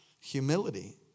humility